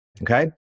Okay